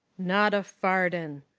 not a farden.